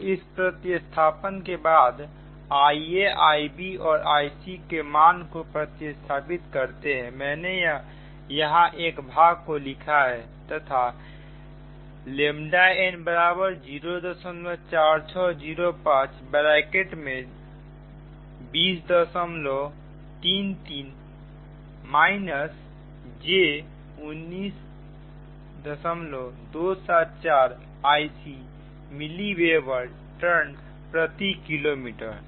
तो इस प्रतिस्थापन के बाद Ia Ib और Ic के मान को प्रतिस्थापित करते हैं मैंने यहां एक भाग को लिखा है तथा n04605 ब्रैकेट में 2033 j 19274 Icमिली वेबर टर्न प्रति किलोमीटर